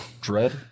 Dread